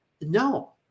no